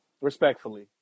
Respectfully